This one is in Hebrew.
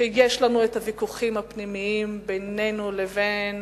שיש לנו הוויכוחים הפנימיים בינינו לבין